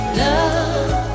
love